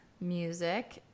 music